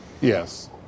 Yes